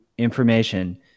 information